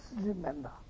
remember